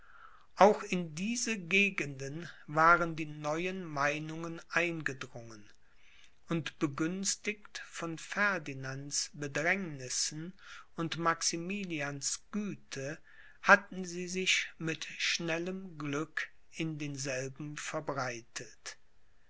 auch in diese gegenden waren die neuen meinungen eingedrungen und begünstigt von ferdinands bedrängnissen und maximilians güte hatten sie sich mit schnellem glück in denselben verbreitet